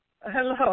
Hello